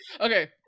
Okay